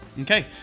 okay